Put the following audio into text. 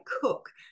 cook